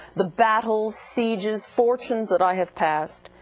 the battles, sieges, fortunes that i have passed.